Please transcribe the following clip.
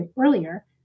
earlier